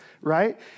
right